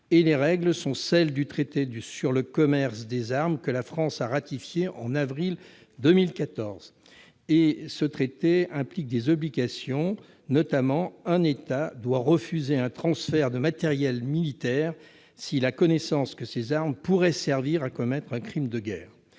les règles sont celles du traité sur le commerce des armes que la France a ratifié au mois d'avril 2014. Ce traité implique des obligations. Ainsi, un État doit refuser un transfert de matériel militaire s'il a connaissance que ces armes pourraient servir à commettre un crime de guerre.